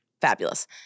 fabulous